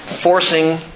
forcing